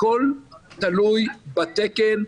הכול תלוי בתקן,